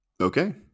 Okay